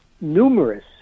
numerous